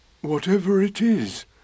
whatever-it-is